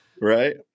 Right